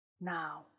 Now